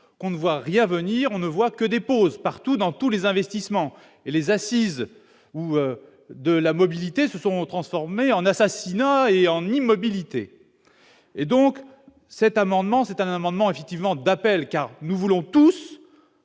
qu'on ne voit rien venir, on ne voit que des partout dans tous les investissements et les assises ou de la mobilité se sont transformées en assassinant et en immobilité et donc cet amendement c'est un amendement effectivement d'appel car nous voulons tous